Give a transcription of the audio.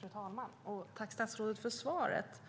Fru talman! Tack, statsrådet, för svaret!